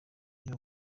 byo